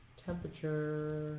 temperature?